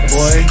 Boy